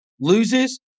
loses